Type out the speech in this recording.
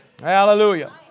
Hallelujah